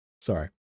Sorry